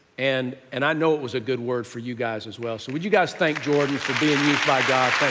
and and i know it was a good word for you guys as well. so would you guys thank jordan for being used by god?